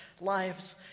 lives